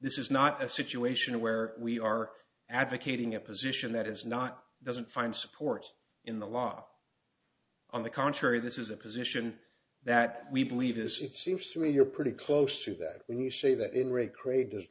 this is not a situation where we are advocating a position that is not doesn't find support in the law on the contrary this is a position that we believe this it seems to me you're pretty close to that when you say that in re craig does